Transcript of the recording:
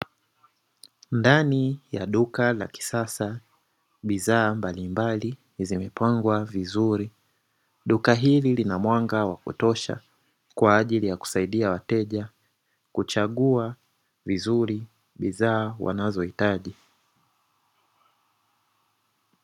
Ndani ya duka la kisasa, bidha mbalimbali zimepangwa vizuri, duka hili lina mwanga wa kutosha kwa ajili ya kusaidia wateja kuchagua vizuri, bidhaa wanazohitaji.